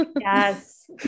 Yes